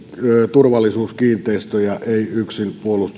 turvallisuuskiinteistöjä ei yksin puolustusvoimien osalta kysyn